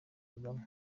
kagame